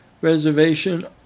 reservation